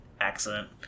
accident